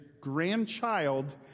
grandchild